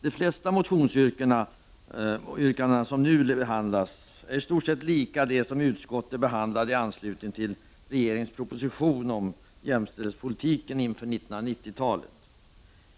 De flesta motionsyrkanden som nu har behandlats är i stort lika dem som utskottet behandlade i anslutning till regeringens proposition om jämställdhetspolitiken inför 1990-talet.